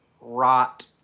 rot